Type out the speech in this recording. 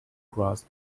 grass